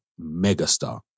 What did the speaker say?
megastar